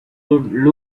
would